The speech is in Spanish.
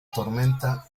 tormenta